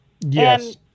yes